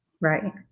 Right